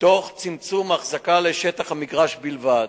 תוך צמצום ההחזקה לשטח המגרש בלבד,